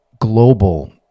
global